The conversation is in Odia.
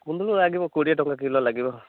କୁନ୍ଦୁରି ଲାଗିବ କୋଡ଼ିଏ ଟଙ୍କା କିଲୋ ଲାଗିବ